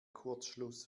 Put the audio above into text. kurzschluss